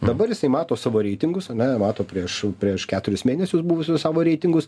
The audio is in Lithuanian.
dabar jisai mato savo reitingus ane mato prieš prieš keturis mėnesius buvusius savo reitingus